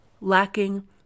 lacking